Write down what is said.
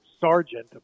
sergeant